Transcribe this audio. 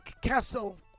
Castle